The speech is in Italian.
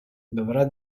dovrà